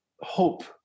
hope